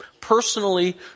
personally